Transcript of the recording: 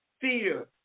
fear